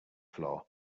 floor